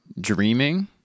dreaming